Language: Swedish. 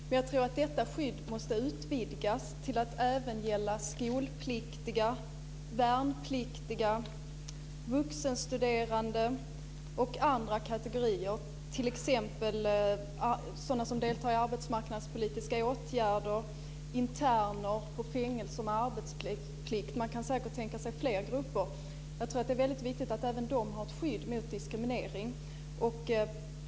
Men jag tror att det skyddet måste utvidgas till att även gälla skolpliktiga, värnpliktiga, vuxenstuderande och andra kategorier, t.ex. sådana som deltar i arbetsmarknadspolitiska åtgärder och interner på fängelser med arbetsplikt. Man kan säkert tänka sig fler grupper också. Jag tror att det är viktigt att även dessa har ett skydd mot diskriminering.